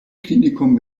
klinikum